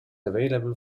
available